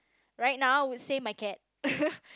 right now would say my cat